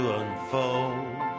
unfold